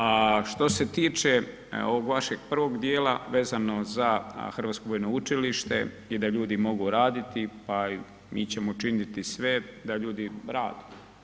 A što se tiče ovog vašeg prvog dijela vezano za Hrvatsko vojno učilište i da ljudi mogu raditi, pa mi ćemo učiniti sve da ljudi rade.